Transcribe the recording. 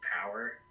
power